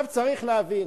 צריך להבין.